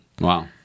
wow